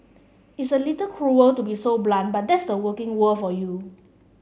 it's a little cruel to be so blunt but that's the working world for you